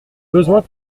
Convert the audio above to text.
besoin